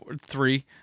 three